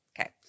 Okay